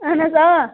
اَہَن حظ آ